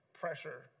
pressure